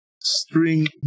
string